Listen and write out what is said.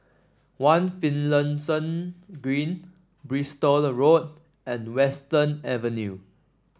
One Finlayson Green Bristol Road and Western Avenue